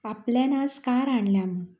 आपल्यान आज कार हाडल्या म्हूण